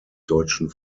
deutschen